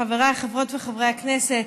חבריי חברות וחברי הכנסת,